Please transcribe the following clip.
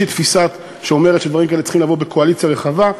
יש לי תפיסה שאומרת שדברים כאלה צריכים לבוא בקואליציה רחבה,